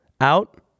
Out